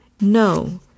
No